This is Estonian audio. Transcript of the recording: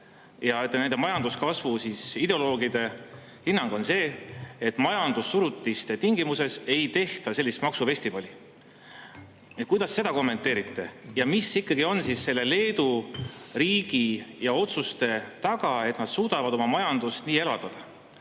ja nende majanduskasvu ideoloogide hinnang on see, et majandussurutise tingimustes ei tehta sellist maksufestivali. Kuidas seda kommenteerite ja mis siis ikkagi on Leedu riigi selliste otsuste taga, et nad suudavad oma majandust niimoodi elavdada?